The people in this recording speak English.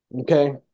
okay